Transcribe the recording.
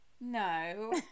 No